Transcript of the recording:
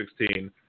2016